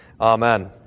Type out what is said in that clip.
amen